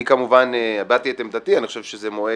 אני, כמובן, הבעתי את עמדתי שזה מועד